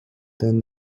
then